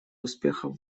успехов